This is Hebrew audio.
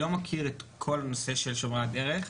אני לא מכיר את כל הנושא של שומרי הדרך.